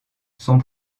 sont